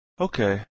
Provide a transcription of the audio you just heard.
Okay